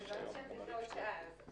אם יבוא המשיח,